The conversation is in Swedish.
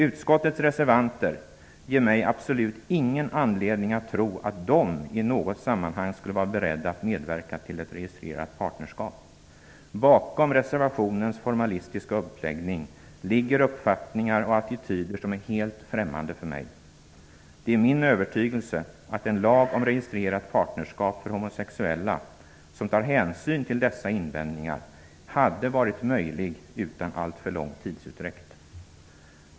Utskottets reservanter ger mig absolut ingen anledning att tro, att de i något sammanhang skulle vara beredda att medverka till ett registrerat partnerskap. Bakom reservationens formalistiska uppläggning ligger uppfattningar och attityder som är helt främmande för mig. Det är min övertygelse att en lag om registrerat partnerskap för homosexuella som tar hänsyn till dessa invändningar hade varit möjlig utan alltför lång tidsutdräkt.